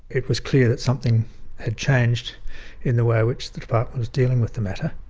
it was clear that something had changed in the way which the department was dealing with the matter.